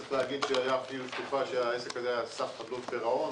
צריך להגיד שבתקופה מסוימת אפילו העסק הזה עמד על סף חדלות פירעון,